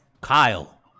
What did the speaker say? Kyle